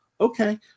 Okay